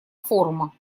форума